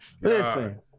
listen